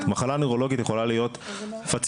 מחלה נוירולוגית יכולה להיות פציאליס,